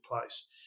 place